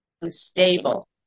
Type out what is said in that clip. unstable